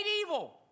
evil